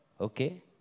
okay